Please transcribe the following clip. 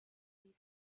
leaf